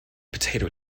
potato